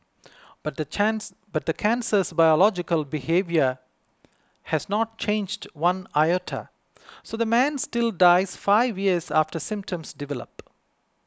but the chance but the cancer's biological behaviour has not changed one iota so the man still dies five years after symptoms develop